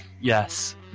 yes